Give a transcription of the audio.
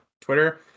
Twitter